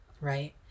right